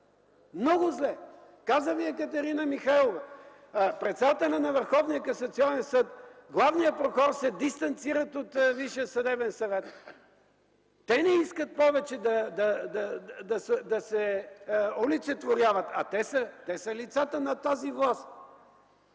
Много зле! Екатерина Михайлова ви каза – председателят на Върховния касационен съд, главният прокурор се дистанцират от Висшия съдебен съвет, те не искат повече да се олицетворяват, а те са лицата на тази власт!